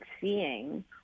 seeing